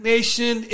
Nation